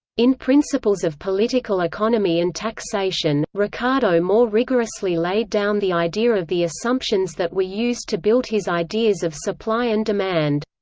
in principles of political economy and taxation, ricardo more rigorously laid down the idea of the assumptions that were used to build his ideas of supply and demand.